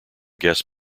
guest